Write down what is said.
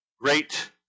great